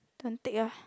don't take ah